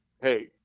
Hey